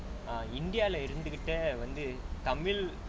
ah india lah இருந்துகிட்டே:irunthukittae